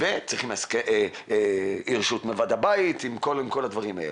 וצריך גם רשות מועד הבית, וכל הדברים הללו.